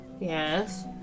Yes